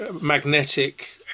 magnetic